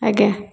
ଆଜ୍ଞା